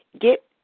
get